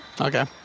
Okay